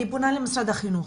אני פונה למשרד החינוך,